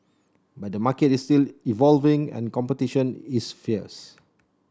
but the market is still evolving and competition is fierce